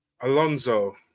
Alonso